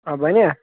آ بَنیٛا